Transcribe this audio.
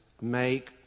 make